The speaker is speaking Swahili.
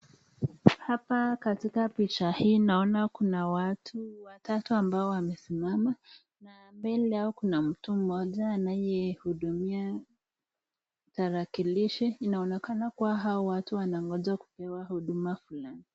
Hapa katika picha hii naona kuna watu watatu ambao wamesimama na mbele yao kuna mtu mmoja anayehudumia tarakilishi .Inaonekana kuwa hawa watu wanangoja kupewa huduma fulani.